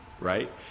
right